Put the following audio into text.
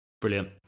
Brilliant